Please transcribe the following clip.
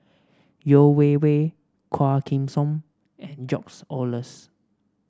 Yeo Wei Wei Quah Kim Song and George Oehlers